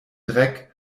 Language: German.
dreck